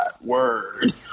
word